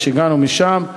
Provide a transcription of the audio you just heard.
הגענו משם.